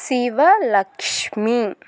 Shiva Lakshmi